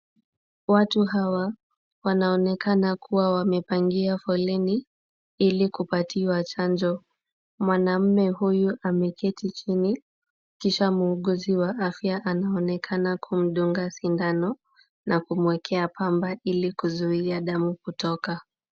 Watu hawa wanaonekana kuwa wamepangia foleni ili kupatiwa chanjo. Mwanaume huyu ameketi chini kisha muuguzi wa afya anaonekana kumdunga sindano na kumuekea pamba ili kuzuia damu kutoka.